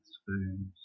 spoons